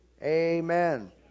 amen